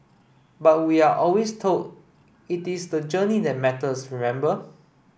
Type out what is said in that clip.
but we are always told it is the journey that matters remember